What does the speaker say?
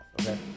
Okay